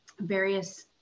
various